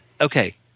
okay